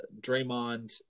Draymond